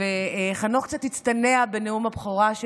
חנוך קצת הצטנע בנאום הבכורה.